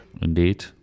Indeed